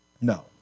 No